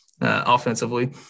offensively